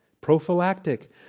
prophylactic